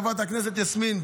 חברת הכנסת יסמין,